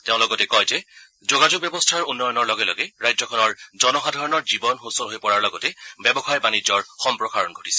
তেওঁ লগতে কয় যে যোগাযোগ ব্যৱস্থাৰ উন্নয়নৰ লগে লগে ৰাজ্যখনৰ জনসাধাৰণৰ জীৱন সূচল হৈ পৰাৰ লগতে ব্যৱসায় বাণিজ্যৰ সম্প্ৰসাৰণ ঘটিছে